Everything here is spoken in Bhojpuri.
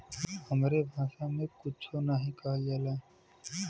हमरे भासा मे कुच्छो नाहीं कहल जाला